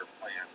plan